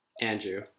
Andrew